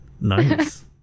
Nice